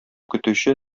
көтүче